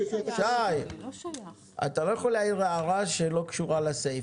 אתה לא יכול להעיר הערה שלא קשורה לסעיף.